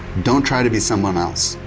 don't try to be someone else.